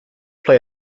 play